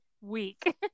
week